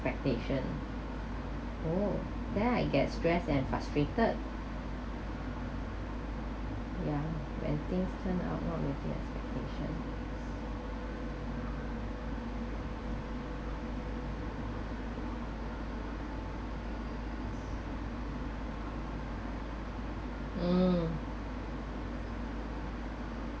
expectation oh then I get stressed and frustrated ya when things turn out not meeting your expectation mm